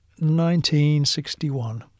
1961